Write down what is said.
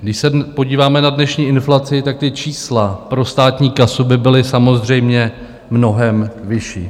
Když se podíváme na dnešní inflaci, tak ta čísla pro státní kasu by byla samozřejmě mnohem vyšší.